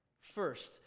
first